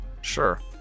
Sure